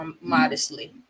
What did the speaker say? modestly